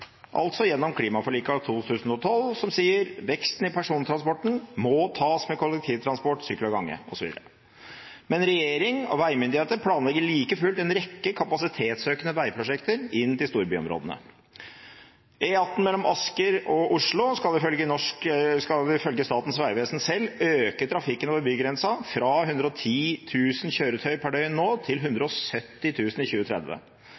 altså gjennom klimaforliket av 2012, som sier at «veksten i persontransporten skal tas med kollektivtransport, sykkel og gange.» Men regjering og veimyndigheter planlegger like fullt en rekke kapasitetsøkende veiprosjekter inn til storbyområdene. E18 mellom Asker og Oslo skal ifølge Statens vegvesen selv øke trafikken over bygrensa, fra 110 000 kjøretøy per døgn nå til 170 000 i 2030.